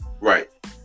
Right